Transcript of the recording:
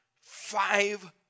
five